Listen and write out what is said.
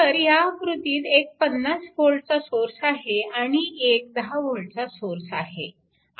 तर ह्या आकृतीत एक 50 V चा सोर्स आहे आणि एक 10V चा सोर्स आहे